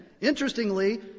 Interestingly